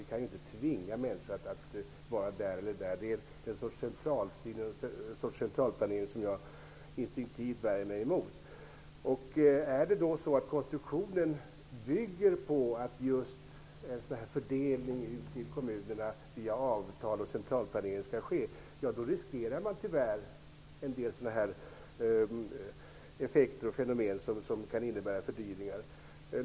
Vi kan ju inte tvinga människor att vara här eller där. Det är en sorts centralstyrning och centralplanering som jag instinktivt värjer mig emot. Om konstruktionen bygger på att en fördelning ut till kommunerna skall ske via avtal och centralplanering riskerar vi tyvärr en del effekter och fenomen som kan innebära fördyringar.